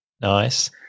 Nice